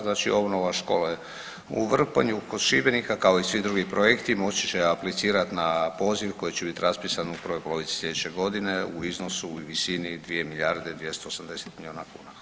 Znači obnova škole u Vrpolju kod Šibenika kao i svi drugi projekti moći će aplicirati na poziv koji će bit raspisan u prvoj polovici slijedeće godine u iznosu i u visini 2 milijarde 280 milijuna kuna.